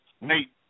Nate